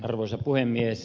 arvoisa puhemies